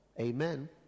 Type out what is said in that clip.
amen